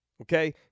okay